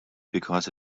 because